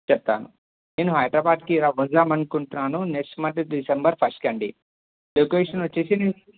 చెప్తాను నేను హైదరాబాద్కి వద్దామనుకుంటున్నాను నెక్స్ట్ మంత్ డిసెంబర్ ఫస్ట్కి అండీ లొకేషన్ వచ్చేసి నేను